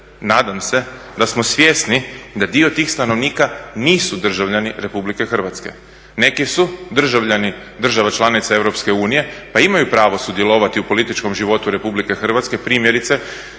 nadam se da smo svjesni da dio tih stanovnika nisu državljani RH. Neki su državljani država članica EU pa imaju pravo sudjelovati u političkom životu RH, primjerice